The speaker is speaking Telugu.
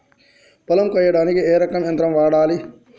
పొలం కొయ్యడానికి ఏ రకం యంత్రం వాడాలి?